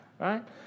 right